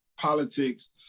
politics